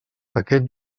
aquest